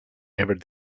ever